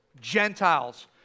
Gentiles